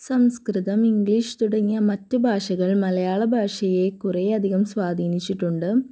സംസ്കൃതം English തുടങ്ങിയ മറ്റ് ഭാഷകൾ മലയാള ഭാഷയെ കുറേയധികം സ്വാധീനിച്ചിട്ടുണ്ട്